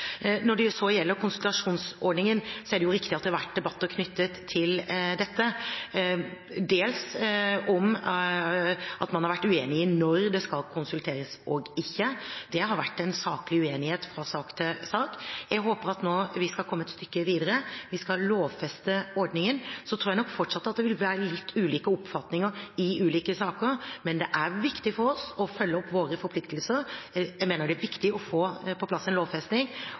Når det gjelder konsultasjonsordningen, er det riktig at det har vært debatter knyttet til dette – dels om at man har vært uenig i når det skal konsulteres og ikke. Det har vært en saklig uenighet fra sak til sak. Jeg håper at vi nå skal komme et stykke videre, vi skal lovfeste ordningen. Så tror jeg nok at det fortsatt vil være litt ulike oppfatninger i ulike saker, men det er viktig for oss å følge opp våre forpliktelser. Jeg mener det er viktig å få på plass en lovfesting,